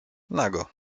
nago